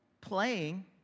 playing